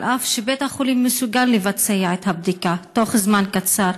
אף שבית החולים מסוגל לבצע את הבדיקה בתוך זמן קצר.